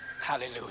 Hallelujah